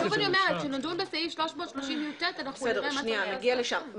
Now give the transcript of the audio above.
שוב כשנדון בסעיף 330יט נראה מה צריך.